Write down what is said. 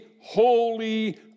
holy